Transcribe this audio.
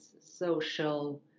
social